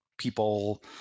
people